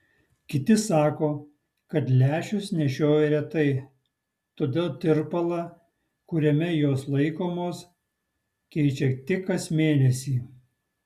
kiti sako kad lęšius nešioja retai todėl tirpalą kuriame jos laikomos keičia tik kas mėnesį